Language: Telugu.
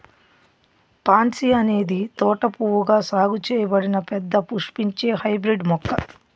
పాన్సీ అనేది తోట పువ్వుగా సాగు చేయబడిన పెద్ద పుష్పించే హైబ్రిడ్ మొక్క